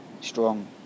strong